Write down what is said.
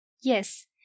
Yes